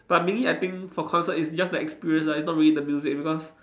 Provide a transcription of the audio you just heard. but mainly I think for concert it's just the experience it's not really the music because